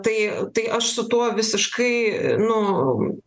tai tai aš su tuo visiškai nu